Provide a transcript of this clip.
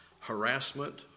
harassment